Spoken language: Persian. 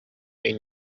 این